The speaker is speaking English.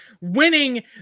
winning